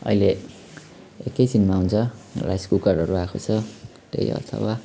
अहिले एकैछिनमा हुन्छ राइस कुकरहरू आएको छ त्यही अथवा